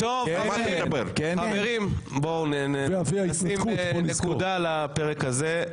חברים, נשים נקודה על הפרק הזה.